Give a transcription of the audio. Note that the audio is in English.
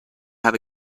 have